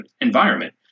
environment